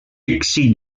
dixie